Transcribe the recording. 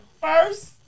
first